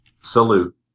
Salute